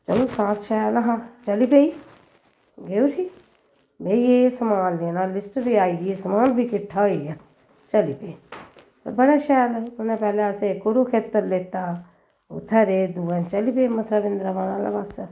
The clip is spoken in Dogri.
एह् बी साथ शैल हा चली पेई गेई उठी एह् एह् समान लेना हा लिस्ट बी आई गेई समान बी किट्ठा होइया चली पे ते बड़ा शैल उ'नें पैह्लें असेंगी कुरुखेत्तर लैता उत्थें रेह् दूऐ दिन चली पे मथरा वृंदावन आह्ले पासै